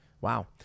Wow